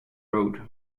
road